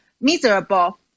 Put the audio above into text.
miserable